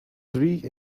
three